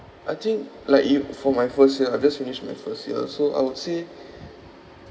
I think like you for my first year I just finished my first year so I would say